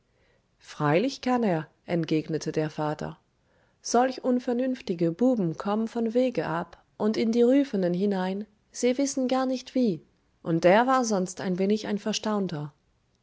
freilich kann er entgegnete der vater solch unvernünftige buben kommen vom wege ab und in die rüfenen hinein sie wissen gar nicht wie und der war sonst ein wenig ein verstaunter